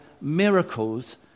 miracles